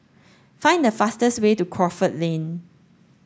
find the fastest way to Crawford Lane